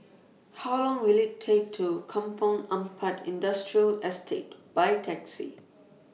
How Long Will IT Take to Kampong Ampat Industrial Estate By Taxi